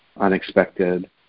unexpected